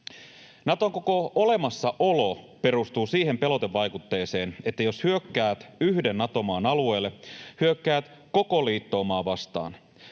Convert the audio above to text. Naton koko olemassaolo perustuu siihen pelotevaikutteeseen, että jos hyökkäät yhden Nato-maan alueelle, hyökkäät koko liittoumaa vastaan.